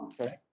Okay